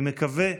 אני מקווה,